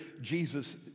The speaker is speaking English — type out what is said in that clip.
Jesus